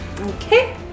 Okay